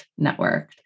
networked